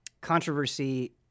controversy